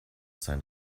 sein